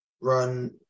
run